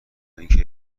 اینکه